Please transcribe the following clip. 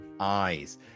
eyes